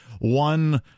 one